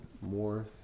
more